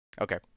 Okay